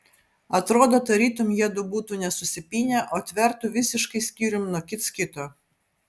atrodo tarytum jiedu būtų ne susipynę o tvertų visiškai skyrium nuo kits kito